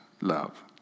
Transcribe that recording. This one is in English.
love